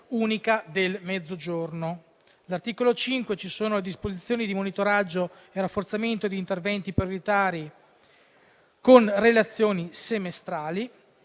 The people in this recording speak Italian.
unica del Mezzogiorno. All'articolo 5 ci sono disposizioni di monitoraggio e rafforzamento degli interventi prioritari, con relazioni semestrali.